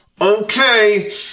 Okay